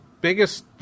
biggest